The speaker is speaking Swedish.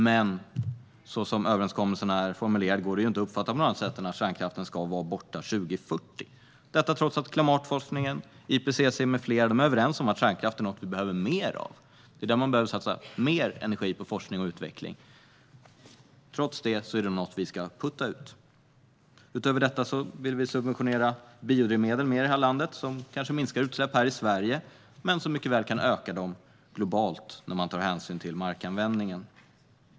Så som överenskommelsen är formulerad går den dock inte att uppfatta på något annat sätt än att kärnkraften ska vara borta 2040 - detta trots att klimatforskningen, IPCC med flera är överens om att kärnkraft är något som vi behöver mer av. Det är där vi behöver satsa mer på forskning och utveckling, men trots detta är kärnkraften något som vi ska putta ut. Utöver detta vill vi subventionera biodrivmedel. Detta kanske minskar utsläppen i Sverige, men det kan mycket väl öka dem globalt, om man tar hänsyn till markanvändningen.